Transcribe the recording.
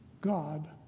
God